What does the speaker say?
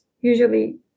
usually